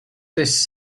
this